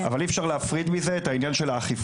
אבל אי אפשר להפריד מזה את העניין של האכיפה.